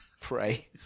Pray